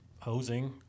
hosing